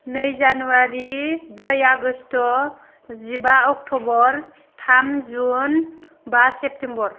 नै जानुवारी ब्रै आगष्ट जिबा अक्ट'बर थाम जुन बा सेप्तेम्बर